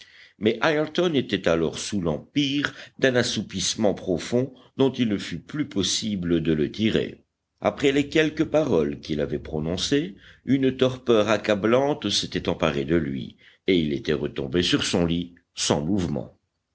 mais ayrton était alors sous l'empire d'un assoupissement profond dont il ne fut plus possible de le tirer après les quelques paroles qu'il avait prononcées une torpeur accablante s'était emparée de lui et il était retombé sur son lit sans mouvement